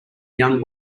young